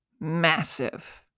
massive